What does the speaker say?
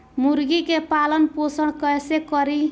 मुर्गी के पालन पोषण कैसे करी?